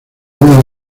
una